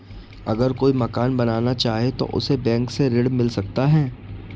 अगर कोई मकान बनाना चाहे तो उसे बैंक से ऋण मिल सकता है?